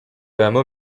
hameau